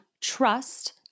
trust